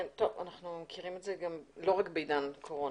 אנחנו מכירים את זה לא רק בעידן הקורונה.